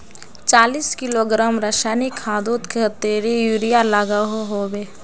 चालीस किलोग्राम रासायनिक खादोत कतेरी यूरिया लागोहो होबे?